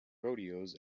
rodeos